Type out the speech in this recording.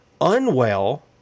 unwell